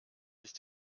sich